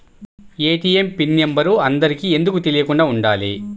ATM PIN number అందరికి ఎందుకు తెలియకుండా ఉండాలి?